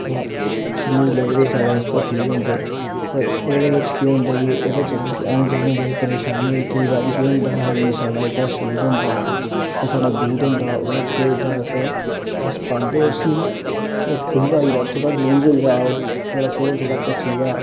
बा जि'न्ने बी लभदे साढ़े आस्तै ठीक होंदे पर ओह्दे बिच केह् होंदा की ओह्दे च आने जाने दी बड़ी परेशानी होई दी केईं बारी केह् होंदा हा की साढ़ा जेह्का शूज होंदा हा ते साढ़ा बूट होंदा हा ते ओह्दे च केह् होई दा हा की अस पांदे हे उसी ते ओह् खु'ल्ला होई दा हा थोह्ड़ा लूज़ होई दा हा ओह् नुहाड़ा सोल थोह्ड़ा घस्सी दा हा